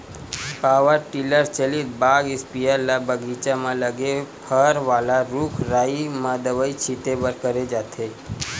power tiller चलित बाग spare ल बगीचा म लगे फर वाला रूख राई म दवई छिते बर करे जाथे